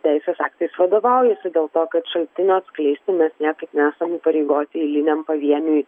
teisės aktais vadovaujasi dėl to kad šaltinio atskleisti mes niekaip nesam įpareigoti eiliniam pavieniui